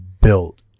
built